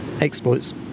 exploits